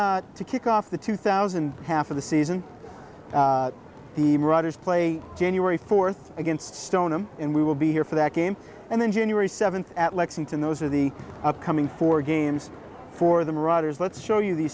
to kick off the two thousand half of the season the marauders play january fourth against stoneham and we will be here for that game and then january seventh at lexington those are the upcoming four games for the marauders let's show you the